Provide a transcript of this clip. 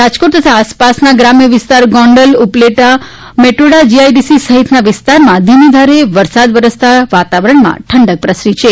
રાજકોટ તથા આસપાસના ગ્રામ્ય વિસ્તાર ગોંડલ ઉપલેટા મેટોડા જીઆઇડીસી સહિતના વિસ્તારમાં ધીમી ધારે વરસાદ વરસતા વાતાવરણમાં ઠંડક પ્રસરી છે